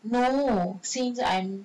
no since I'm